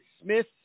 Smith